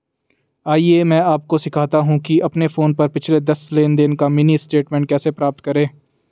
आइए मैं आपको सिखाता हूं कि अपने फोन पर पिछले दस लेनदेन का मिनी स्टेटमेंट कैसे प्राप्त करें